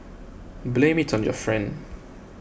blame it on your friend